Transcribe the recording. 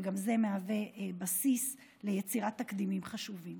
וגם זה מהווה בסיס ליצירת תקדימים חשובים.